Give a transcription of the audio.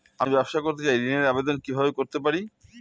আমি ব্যবসা করতে চাই ঋণের আবেদন কিভাবে করতে পারি?